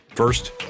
First